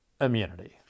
immunity